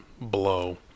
blow